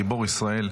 גיבור ישראל: